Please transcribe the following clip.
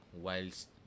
Whilst